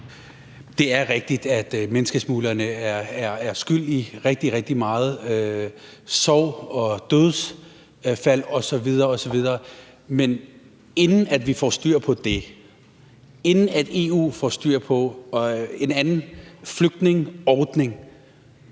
Det er rigtigt, at menneskesmuglerne er skyld i rigtig, rigtig meget sorg og mange dødsfald osv. osv. Men indtil vi får styr på det, indtil EU får styr på en anden flygtningeordning,